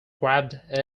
grabbed